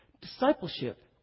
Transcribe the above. Discipleship